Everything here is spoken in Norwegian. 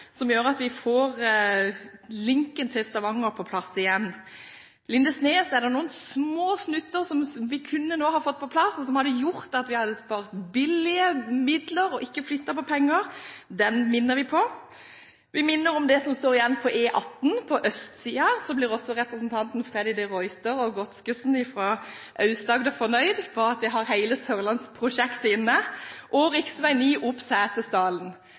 som gjør at vi får linken til Stavanger på plass igjen. På Lindesnes er det noen små snutter som vi nå kunne fått på plass, og som hadde gjort at vi hadde spart billige midler og ikke flyttet på penger. Den minner vi om. Vi minner om det som står igjen på E18, på østsiden, så blir også representantene Freddy de Ruiter og Ingebjørg Godskesen fra Aust-Agder fornøyd for at vi har hele sørlandsprosjektet inne. Jeg minner også om rv. 9 opp